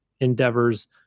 endeavors